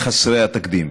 חסרי התקדים,